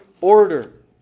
order